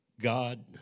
God